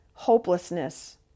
hopelessness